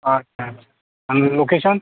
अच्छा अच्छा आणि लोकेशन